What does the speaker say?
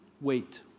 wait